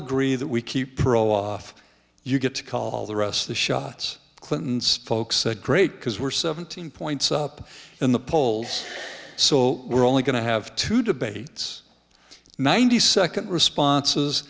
agree that we keep roe off you get to call the rest of the shots clinton's folks said great because we're seventeen points up in the polls so we're only going to have two debates ninety second responses